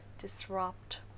disrupt